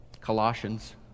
Colossians